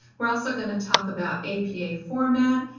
we're also going to talk about apa format,